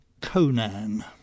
Conan